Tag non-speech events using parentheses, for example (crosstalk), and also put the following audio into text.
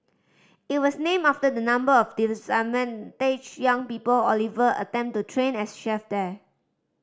it was named after the number of (unintelligible) young people Oliver attempted to train as chefs there